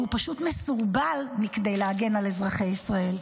והוא פשוט מסורבל מכדי להגן על אזרחי ישראל.